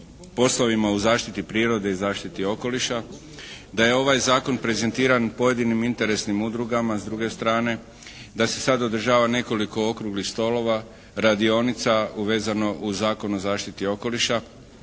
poslovima u zaštiti prirode i zaštiti okoliša, da je ovaj zakon prezentiran pojedinim interesnim udrugama s druge strane, da se sad održava nekoliko okruglih stolova, radionica vezano uz Zakon o zaštiti okoliša,